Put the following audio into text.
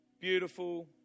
beautiful